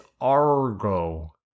Argo